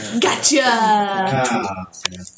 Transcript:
Gotcha